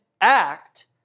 act